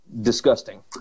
disgusting